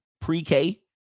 pre-K